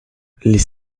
les